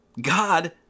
God